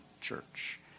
church